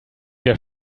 wir